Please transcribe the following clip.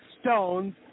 stones